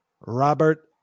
Robert